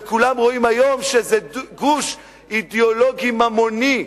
וכולם רואים היום שזה גוש אידיאולוגי ממוני.